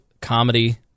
comedy